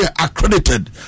accredited